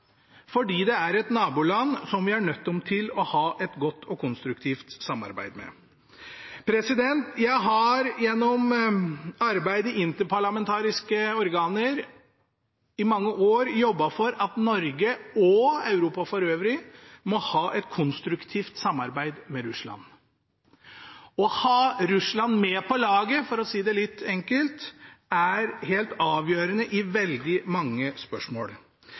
fordi det er et naboland som vi er nødt til å ha et godt og konstruktivt samarbeid med. Jeg har gjennom arbeidet i interparlamentariske organer i mange år jobbet for at Norge og Europa for øvrig skal ha et konstruktivt samarbeid med Russland. Det å ha Russland med på laget, for å si det litt enkelt, er helt avgjørende i veldig mange spørsmål.